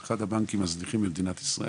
אחד הבנקים הזניחים במדינת ישראל,